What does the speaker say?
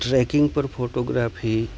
tracking પર photography